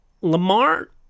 Lamar